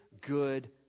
good